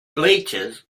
bleachers